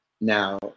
now